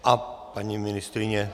A paní ministryně.